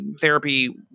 therapy